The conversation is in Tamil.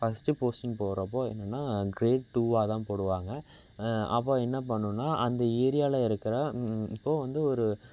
ஃபஸ்ட்டு போஸ்டிங் போடுகிறப்போ என்னென்னா கிரேட் டூவாக தான் போடுவாங்க அப்போது என்ன பண்ணணும் அந்த ஏரியாவில் இருக்கிற இப்போது வந்து ஒரு